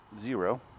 zero